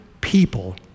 people